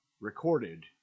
recorded